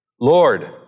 Lord